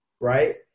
right